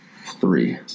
Three